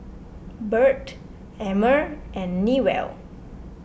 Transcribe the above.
Burt Emmer and Newell